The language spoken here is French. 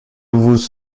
vous